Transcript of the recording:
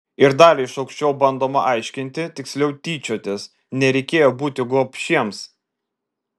ir dar iš aukščiau bandoma aiškinti tiksliau tyčiotis nereikėjo būti gobšiems